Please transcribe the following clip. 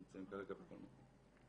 הם נמצאים כרגע בכל מקום.